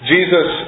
Jesus